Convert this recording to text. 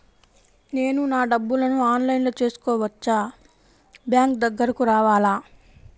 నేను నా డబ్బులను ఆన్లైన్లో చేసుకోవచ్చా? బ్యాంక్ దగ్గరకు రావాలా?